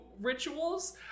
rituals